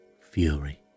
fury